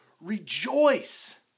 Rejoice